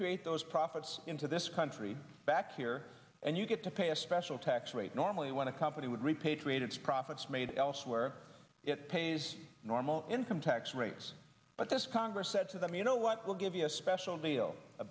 triate those profits into this country back here and you get to pay a special tax rate normally when a company would repatriate its profits made elsewhere it pays normal income tax rates but this congress said to them you know what we'll give you a special deal a